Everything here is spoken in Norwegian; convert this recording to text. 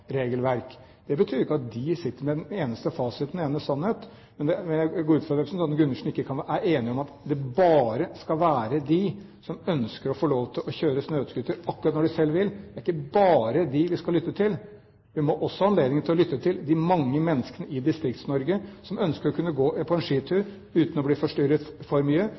regelverk. Det betyr ikke at de sitter med den eneste fasiten, den ene sannhet, men jeg går ut fra at representanten Gundersen ikke er enig i at det bare er de som ønsker å få lov til å kjøre snøscooter akkurat når de selv vil, vi skal lytte til. Vi må også ha anledning til å lytte til de mange menneskene i DistriktsNorge som ønsker å kunne gå på en skitur uten å bli forstyrret for mye,